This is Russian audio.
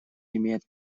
имеет